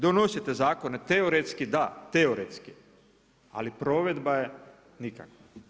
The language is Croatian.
Donosite zakone teoretski da, teoretski, ali provedba je nikakva.